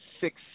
six